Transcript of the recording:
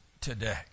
today